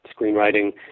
screenwriting